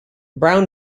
brown